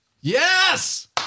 Yes